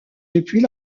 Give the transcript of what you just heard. depuis